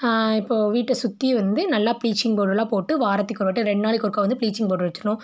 இப்போது வீட்டை சுற்றி வந்து நல்லா ப்ளீச்சிங் பவுடர்லாம் போட்டு வாரத்துக்கு ஒரு வாட்டி ரெண்டு நாளுக்கு ஒருக்க வந்து ப்ளீச்சிங் பவுட்ரு வச்சிடணும்